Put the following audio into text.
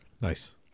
Nice